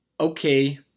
okay